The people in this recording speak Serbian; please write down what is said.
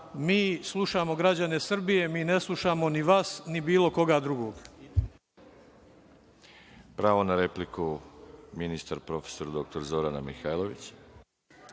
Mi slušamo građane Srbije, mi ne slušamo ni vas, ni bilo koga drugog.